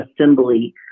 Assembly